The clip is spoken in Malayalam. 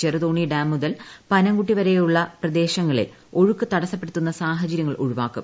ചെറുതോണി ഡാ് മുതൽ പനങ്കുട്ടിവരെയുള്ള പ്രദേശങ്ങളിൽ ഒഴുക്കു തടസപ്പെടുത്തുന്ന സാഹചര്യങ്ങൾ ഒഴിവാക്കും